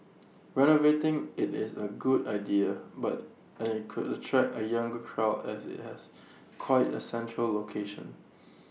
renovating IT is A good idea but and IT could attract A younger crowd as IT has quite A central location